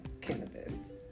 cannabis